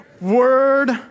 word